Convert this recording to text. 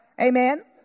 Amen